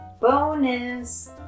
Bonus